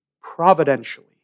Providentially